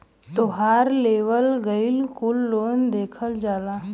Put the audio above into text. तोहार लेवल गएल कुल लोन देखा जाला